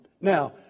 Now